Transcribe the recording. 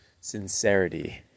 sincerity